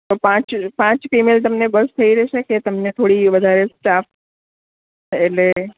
પાંચ પાંચ ફિમેલ તમને બસ થઈ રેહશે કે તમને થોડી વધારે સ્ટાફ એટલે